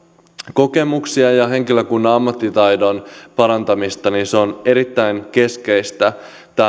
kokemuksia ja henkilökunnan ammattitaidon parantamista niin se on erittäin keskeistä tämän